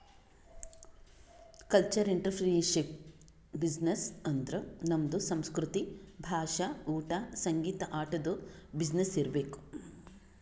cultural entrepreneurship business ಅಂದುರ್ ನಮ್ದು ಸಂಸ್ಕೃತಿ, ಭಾಷಾ, ಊಟಾ, ಸಂಗೀತ, ಆಟದು ಬಿಸಿನ್ನೆಸ್ ಇರ್ಬೇಕ್